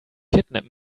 kidnap